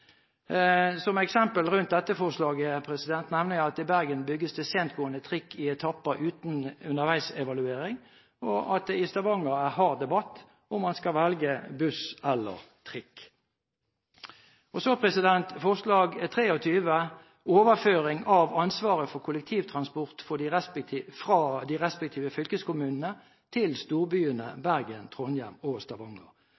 Som eksempel knyttet til dette forslaget, bygges det i Bergen sentgående trikk i etapper uten underveisevaluering, og i Stavanger er det hard debatt om en skal velge buss eller trikk. I vårt forslag nr. 23 ber vi om at det utredes overføring av ansvaret for kollektivtransport fra de respektive fylkeskommune til storbyene